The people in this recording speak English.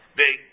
big